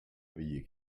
you